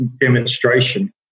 demonstration